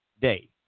day